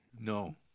No